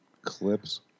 clips